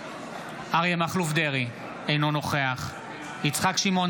אריה מכלוף דרעי, אינו נוכח יצחק שמעון